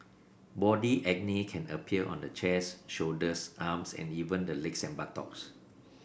body acne can appear on the chest shoulders arms and even the legs and buttocks